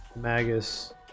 Magus